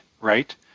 right